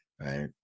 Right